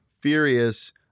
furious